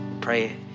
Pray